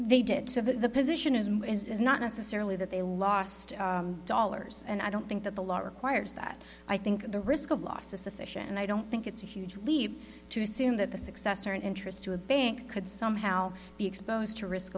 they did so the position is it is not necessarily that they lost dollars and i don't think that the law requires that i think the risk of loss is sufficient and i don't think it's a huge leap to assume that the successor in interest to a bank could somehow be exposed to risk